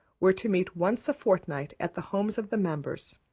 were to meet once a fortnight at the homes of the members.